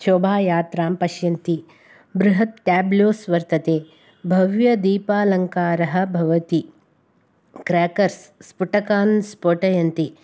शोभायात्रां पश्यन्ति बृहत् टेब्लोस् वर्तते भव्यदीपालङ्कारः भवति क्रेकर्स् स्फोटकान् स्फोटयन्ति